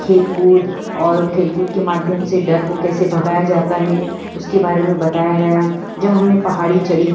खेल कूद और खेल कूद के माध्यम से डर को कैसे भगाया जाता है उसके बारे में बताया गया जब हमने पहाड़ी चढ़ी